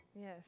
Yes